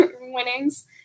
winnings